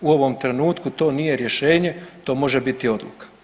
U ovom trenutku to nije rješenje, to može biti odluka.